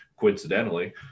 coincidentally